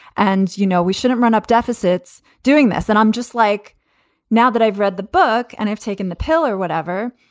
and, you know, we shouldn't run up deficits doing this. and i'm just like now that i've read the book and i've taken the pill or whatever.